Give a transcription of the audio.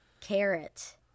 carrot